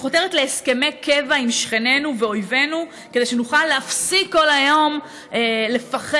שחותרים להסכמי קבע עם שכנינו ואויבינו כדי שנוכל להפסיק כל היום לפחד,